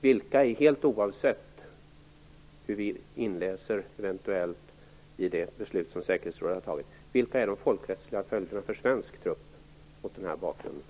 Vilka är de folkrättsliga följderna för svensk trupp mot denna bakgrund, helt oavsett hur vi läser det beslut som säkerhetsrådet har fattat?